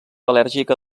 al·lèrgica